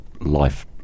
life